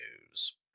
news